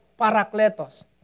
parakletos